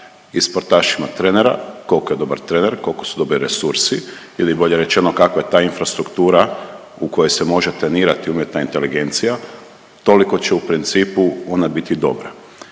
i sportaš ima trenera, kolko je dobar trener, kolko su dobri resursi ili bolje rečeno kakva je ta infrastruktura u kojoj se može trenirati umjetna inteligencija toliko će u principu ona biti dobra.